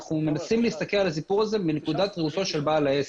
אנחנו מנסים להסתכל על הסיפור הזה מנקודת ראותו של בעל העסק.